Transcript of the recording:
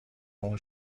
اون